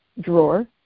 drawer